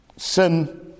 Sin